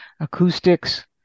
acoustics